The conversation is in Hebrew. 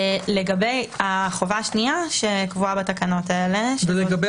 לגבי החובה השנייה שקבועה בתקנות האלה --- לגבי